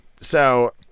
So-